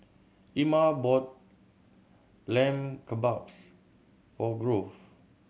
Ima bought Lamb Kebabs for Grove